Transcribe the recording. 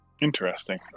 Interesting